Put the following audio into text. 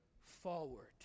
forward